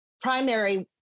primary